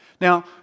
Now